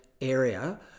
area